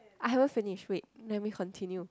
I haven't finished wait let me continue